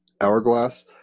hourglass